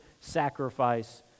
sacrifice